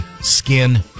skin